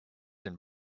and